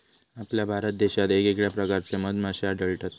आपल्या भारत देशात येगयेगळ्या प्रकारचे मधमाश्ये आढळतत